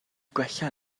gwella